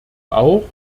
auch